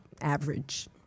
average